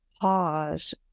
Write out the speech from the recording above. pause